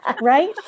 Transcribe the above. right